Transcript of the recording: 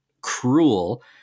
cruel